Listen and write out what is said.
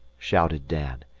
shouted dan,